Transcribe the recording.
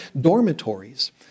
dormitories